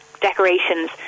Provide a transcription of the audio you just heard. decorations